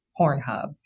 Pornhub